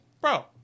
Bro